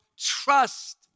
Trust